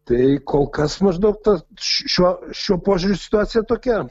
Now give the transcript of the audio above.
tai kol kas maždaug ta šiuo šiuo požiūriu situacija tokia